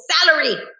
salary